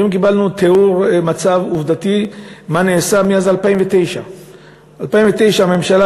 היום קיבלנו תיאור מצב עובדתי מה נעשה מאז 2009. ב-2009 הממשלה